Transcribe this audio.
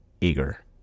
eager